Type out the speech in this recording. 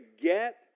get